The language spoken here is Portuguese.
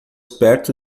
perto